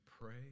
pray